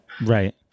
right